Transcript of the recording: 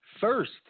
first